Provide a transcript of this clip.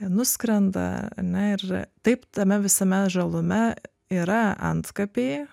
nuskrenda ar ne ir taip tame visame žalume yra antkapiai